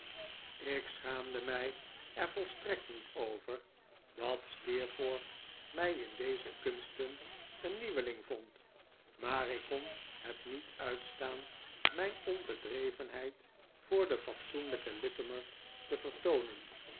ik schaamde mij er volstrekt niet over dat steerforth mij in deze kunsten een nieuweling vond maar ik kon het niet uitstaan mijn onbedrevenheid voor den fatsoenlijken littimer te vertoonen